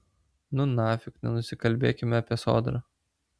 nu nafig nenusikalbėkime apie sodrą